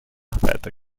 weiter